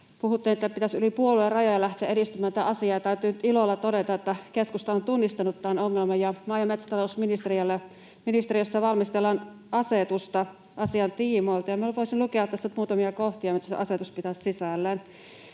puhuttu, että pitäisi yli puoluerajojen lähteä edistämään tätä asiaa. Täytyy ilolla todeta, että keskusta on tunnistanut tämän ongelman ja maa- ja metsätalousministeriössä valmistellaan asetusta asian tiimoilta. Minä voisin lukea tässä nyt muutamia kohtia, mitä se asetus pitäisi sisällään: